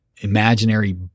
imaginary